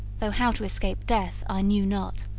though how to escape death i knew not.